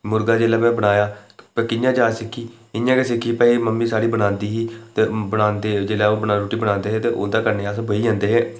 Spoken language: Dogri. मुर्गा जेल्लै में बनाया भई कि'यां जाच सिक्खी इ'यां गै सिक्खी भई मम्मी साढ़ी बनांदी ही बनांदे ते जेल्लै ओह् रुट्टी बनांदे हे ते ओह्दे कन्नै अस बेही जंदे हे